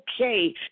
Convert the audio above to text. okay